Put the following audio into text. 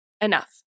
enough